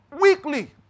weekly